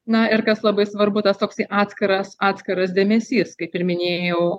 na ir kas labai svarbu tas toksai atskiras atskiras dėmesys kaip ir minėjau